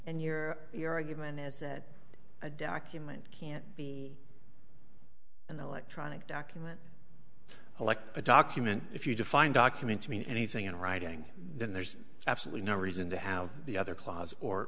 and your your argument as a document can't be an electronic document elect a document if you define document to mean anything in writing then there's absolutely no reason to have the other clause or